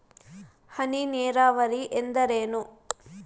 ಹನಿ ನೇರಾವರಿ ಎಂದರೇನು?